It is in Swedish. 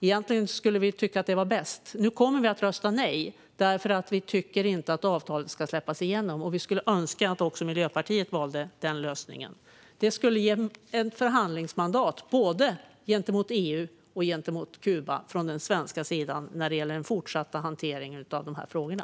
Egentligen skulle vi tycka att det var bäst. Nu kommer vi att rösta nej, för vi tycker inte att avtalet ska släppas igenom. Vi skulle önska att också Miljöpartiet valde den lösningen. Det skulle ge ett förhandlingsmandat både gentemot EU och gentemot Kuba från den svenska sidan när det gäller den fortsatta hanteringen av de här frågorna.